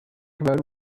about